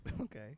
Okay